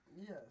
Yes